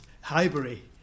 Highbury